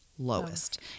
lowest